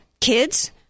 kids